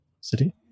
City